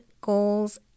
goals